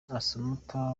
assumpta